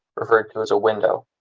referred to as a window.